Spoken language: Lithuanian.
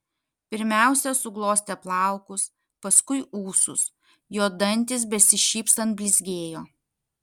pirmiausia suglostė plaukus paskui ūsus jo dantys besišypsant blizgėjo